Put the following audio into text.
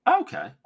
Okay